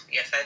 Yes